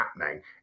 happening